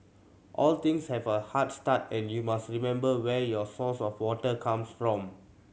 all things have a hard start and you must remember where your source of water comes from